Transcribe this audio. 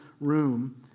room